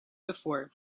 before